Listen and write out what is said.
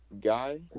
guy